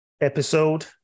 episode